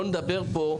לא נדבר פה,